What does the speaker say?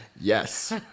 Yes